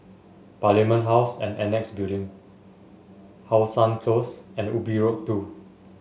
Parliament House and Annexe Building How Sun Close and Ubi Road Two